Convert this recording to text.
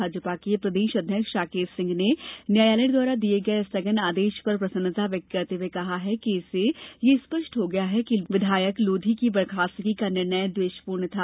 भाजपा के प्रदेश अध्यक्ष राकेश सिंह ने न्यायालय द्वारा दिये गये स्थगन आदेश पर प्रसन्नता व्यक्त करते हुए कहा है कि इससे यह स्पष्ट हो गया है कि विधायक लोधी की बर्खास्तगी का निर्णय द्वेषपूर्ण था